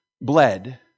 bled